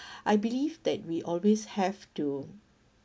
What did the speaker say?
I believe that we always have to